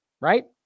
Right